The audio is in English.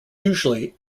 usually